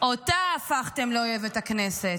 אותה הפכתם לאויבת הכנסת.